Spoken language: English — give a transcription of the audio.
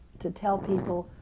to tell people,